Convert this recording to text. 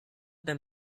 them